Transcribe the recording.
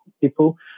people